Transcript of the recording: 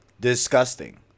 Disgusting